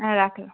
হ্যাঁ রাখলাম